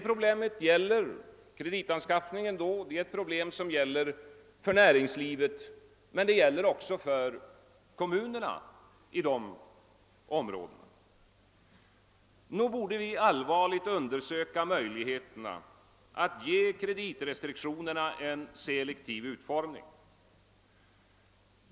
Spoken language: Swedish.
Problemet gäller kreditanskaffningen — både näringslivet och kommunerna i dessa områden berörs härav. — Nog borde vi allvarligt undersöka möjligheterna att ge kreditrestriktionerna en selektiv utformning.